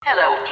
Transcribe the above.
Hello